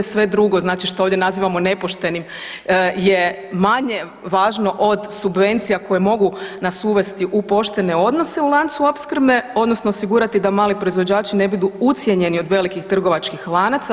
Sve drugo znači što ovdje nazivamo nepoštenim je manje važno od subvencija koje mogu nas uvesti u poštene odnose u lancu opskrbe odnosno osigurati da mali proizvođači ne budu ucijenjeni od velikih trgovačkih lanaca.